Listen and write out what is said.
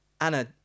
anna